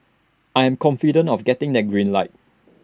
I am confident of getting that green light